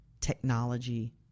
technology